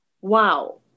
Wow